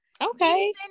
okay